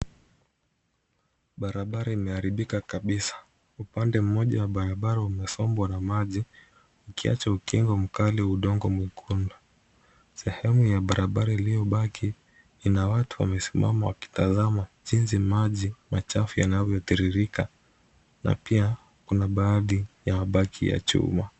Barabara imeharibika kabisa. Upande mmoja wa barabara umesombwa na maji. Ukiacha ukiwa mkali na udongo mwekundu. Sehemu ya barabara iliyobaki, ina watu wamesimama wakitazama jinsi maji machafu yanavyotiririka na pia kuna baadhi ya mabaki ya chuma.